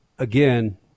Again